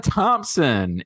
Thompson